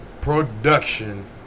production